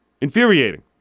infuriating